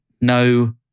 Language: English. no